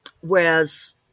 whereas